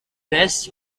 rests